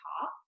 talk